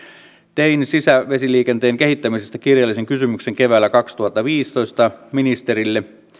tein sisävesiliikenteen kehittämisestä kirjallisen kysymyksen keväällä kaksituhattaviisitoista ministerille